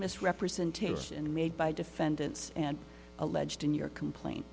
misrepresentation made by defendants and alleged in your complaint